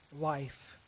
life